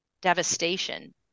devastation